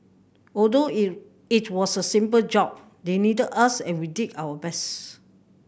although it was a simple job they needed us and we did our best